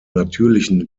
natürlichen